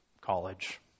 college